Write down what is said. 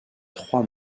trois